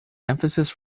emphasis